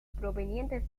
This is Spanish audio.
provenientes